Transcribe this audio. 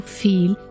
feel